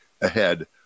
ahead